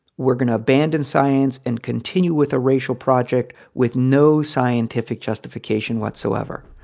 we're gonna abandon science and continue with a racial project with no scientific justification whatsoever.